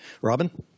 Robin